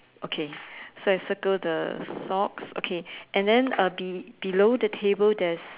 okay so I circle the socks okay and then uh be~ below the table there's